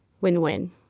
Win-win